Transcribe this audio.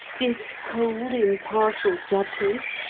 this cold, impartial judgment,